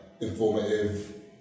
informative